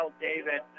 David